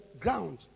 Ground